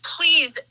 please